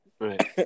right